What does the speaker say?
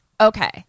Okay